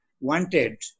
wanted